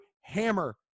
hammer